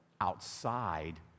outside